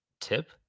tip